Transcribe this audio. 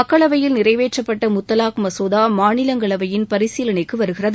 மக்களவையில் நிறைவேற்றப்பட்ட முத்தலாக் மசோதா மாநிலங்களவையின் பரிசீலனைக்கு வருகிறது